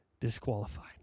disqualified